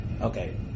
okay